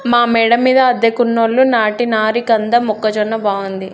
మా మేడ మీద అద్దెకున్నోళ్లు నాటినారు కంద మొక్క బాగుంది